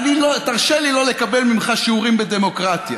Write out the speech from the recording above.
תרשה לי לא לקבל ממך שיעורים בדמוקרטיה.